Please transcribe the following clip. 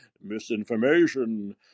misinformation